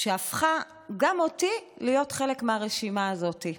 שהפכה גם אותי לחלק מהרשימה הזאת.